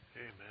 Amen